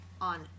on